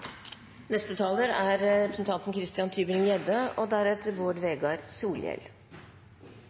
Neste taler er representanten